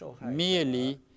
merely